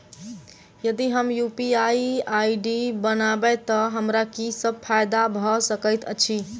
यदि हम UPI ID बनाबै तऽ हमरा की सब फायदा भऽ सकैत अछि?